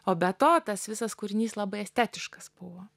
o be to tas visas kūrinys labai estetiškas buvo